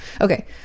okay